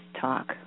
talk